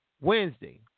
Wednesday